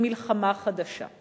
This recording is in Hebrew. ולחוץ